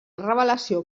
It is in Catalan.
revelació